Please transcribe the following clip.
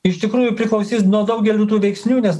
iš tikrųjų priklausys nuo daugelių tų veiksnių nes